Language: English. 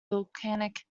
volcanic